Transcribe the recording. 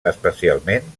especialment